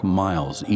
miles